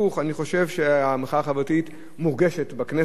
אני חושב שהמחאה החברתית מורגשת בכנסת,